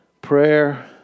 prayer